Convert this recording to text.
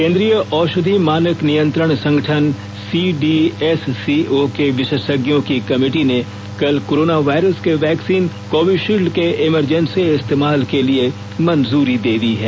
केंद्रीय औषधी मानक नियंत्रण संगठन सीडीएससीओ के विशेषज्ञों की कमेटी ने कल कोरोना वायरस के वैक्सीन कोविशील्ड के इमरजेंसी इस्तेमाल के लिए मंजूरी दे दी है